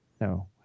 No